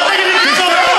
אל תגיד לי לשתוק.